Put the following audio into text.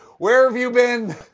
where have you been?